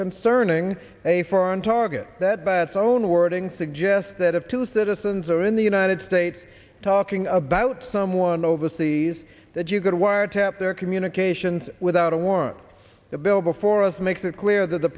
concerning a foreign target that by its own wording suggests that if two citizens are in the united states talking about someone overseas that you could wiretap their communications without a warrant the bill before us makes it clear that the